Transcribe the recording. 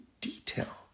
detail